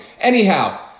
Anyhow